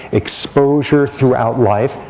exposure throughout life,